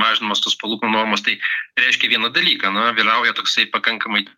mažinamos tos palūkanų normos tai reiškia vieną dalyką na vyrauja toksai pakankamai